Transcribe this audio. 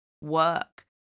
work